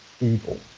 evil